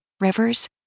rivers